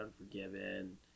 Unforgiven